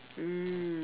mm